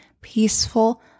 peaceful